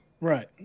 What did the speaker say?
Right